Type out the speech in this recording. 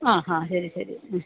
ആ ഹാ ശരി ശരി